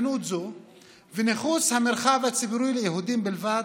היא ניכוס המרחב הציבורי ליהודים בלבד.